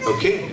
Okay